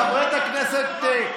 חבר הכנסת אזולאי, סיים את הזה שלך